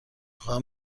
خواهم